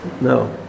no